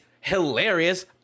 hilarious